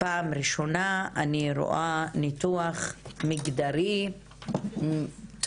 פעם ראשונה אני רואה ניתוח מגדרי טוב